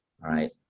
right